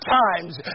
times